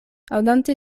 aŭdante